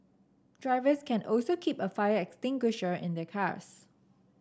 drivers can also keep a fire extinguisher in their cars